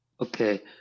Okay